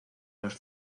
los